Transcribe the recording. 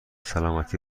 سلامتی